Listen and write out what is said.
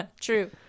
True